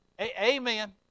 Amen